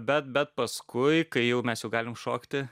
bet bet paskui kai jau mes jau galim šokti